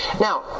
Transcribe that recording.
Now